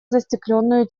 застекленную